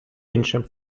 іншим